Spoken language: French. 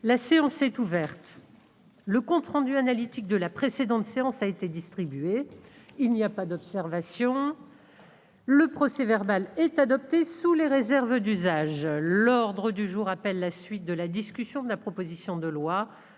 La séance est ouverte. Le compte rendu analytique de la précédente séance a été distribué. Il n'y a pas d'observation ?... Le procès-verbal est adopté sous les réserves d'usage. L'ordre du jour appelle la suite de la discussion de la proposition de loi,